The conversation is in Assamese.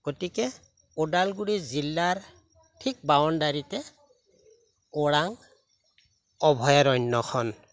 গতিকে ওদালগুৰি জিলাৰ ঠিক বাউনডাৰীতে ওৰাং অভয়াৰণ্যখন